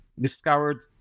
discovered